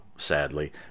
sadly